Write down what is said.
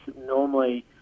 normally